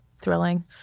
thrilling